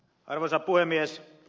arvoisa puhemies